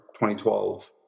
2012